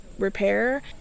repair